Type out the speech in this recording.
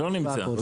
לא נמצאה.